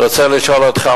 רוצה לשאול אותך,